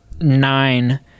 nine